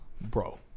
bro